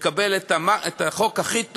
נקבל את החוק הכי טוב,